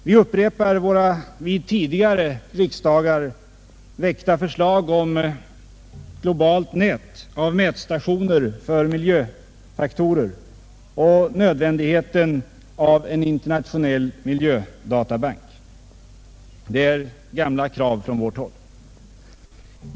Vi upprepar våra vid tidigare riksdagar väckta förslag om ett globalt nät av mätstationer för miljöfaktorer och nödvändigheten av en internationell miljödatabank. Det är gamla krav från vårt håll.